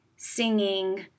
singing